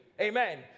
Amen